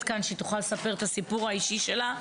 כאן שתוכל לספר את הסיפור האישי שלה,